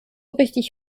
richtig